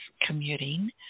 commuting